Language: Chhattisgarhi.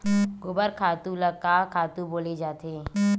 गोबर खातु ल का खातु बोले जाथे?